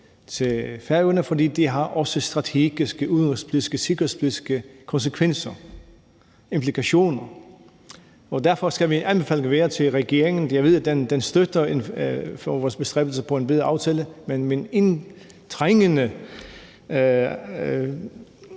til Færøerne, fordi det også har strategiske, udenrigspolitiske og sikkerhedspolitiske konsekvenser og implikationer. Derfor skal min anmodning og indtrængende bøn til regeringen være – jeg ved, at den støtter vores bestræbelser på at få en bedre aftale – at den